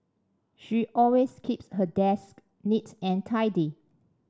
she always keeps her desk neat and tidy